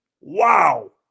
Wow